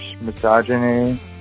misogyny